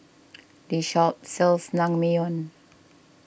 this shop sells Naengmyeon